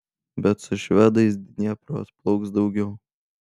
bet su švedais dniepru atplauks daugiau